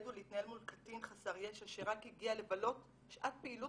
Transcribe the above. ולהתנהל מול קטין חסר ישע שרק הגיע לבלות שעת פעילות